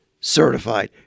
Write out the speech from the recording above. certified